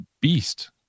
beast